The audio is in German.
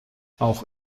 auch